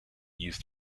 used